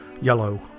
yellow